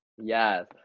Yes